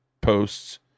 posts